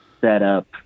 setup